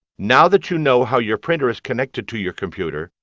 now that you know how your printer is connected to your computer,